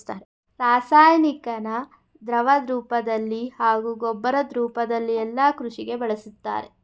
ರಾಸಾಯನಿಕನ ದ್ರವರೂಪ್ದಲ್ಲಿ ಹಾಗೂ ಗೊಬ್ಬರದ್ ರೂಪ್ದಲ್ಲಿ ಯಲ್ಲಾ ಕೃಷಿಗೆ ಬಳುಸ್ತಾರೆ